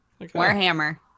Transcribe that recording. Warhammer